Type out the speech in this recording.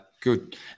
good